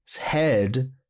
head